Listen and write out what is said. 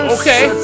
okay